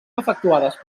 efectuades